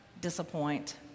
disappoint